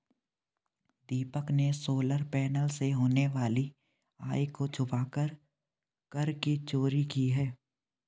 दीपक ने solar panel से होने वाली आय को छुपाकर कर की चोरी की है